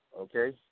Okay